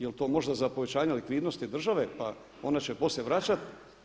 Jel to možda za povećanje likvidnosti države pa ona će poslije vraćati?